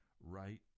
Right